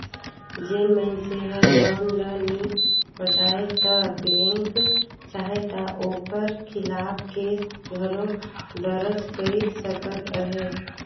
जेन मइनसे हर लोन ल नी पटाय ता बेंक चाहे ता ओकर खिलाफ केस घलो दरज कइर सकत अहे